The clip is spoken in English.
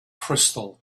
crystal